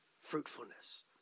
fruitfulness